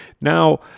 Now